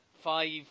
Five